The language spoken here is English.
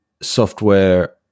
software